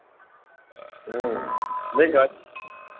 नहीं गाड़ी